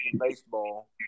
baseball